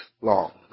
long